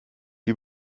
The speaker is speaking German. die